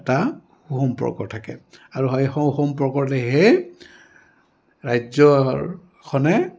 এটা সু সম্পৰ্ক থাকে আৰু সেই সু সম্পৰ্কতে সেই ৰাজ্যখনে